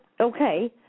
Okay